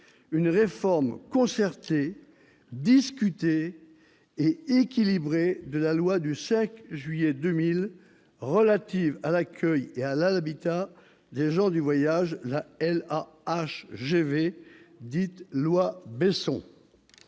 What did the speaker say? une réforme concertée, discutée et équilibrée de la loi Besson du 5 juillet 2000 relative à l'accueil et à l'habitat des gens du voyage. La loi Égalité